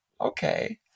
Okay